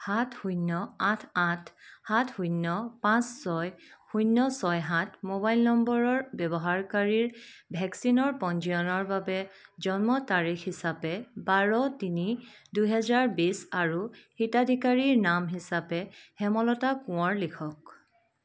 সাত শূন্য আঠ আঠ সাত শূন্য পাঁচ ছয় শূন্য ছয় সাত মোবাইল নম্বৰৰ ব্যৱহাৰকাৰীৰ ভেকচিনৰ পঞ্জীয়নৰ বাবে জন্ম তাৰিখ হিচাপে বাৰ তিনি দুহেজাৰ বিছ আৰু হিতাধিকাৰীৰ নাম হিচাপে হেমলতা কোঁৱৰ লিখক